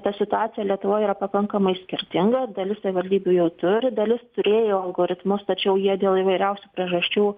ta situacija lietuvoj yra pakankamai skirtinga dalis savivaldybių jau turi dalis turėjo algoritmus tačiau jie dėl įvairiausių priežasčių